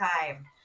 time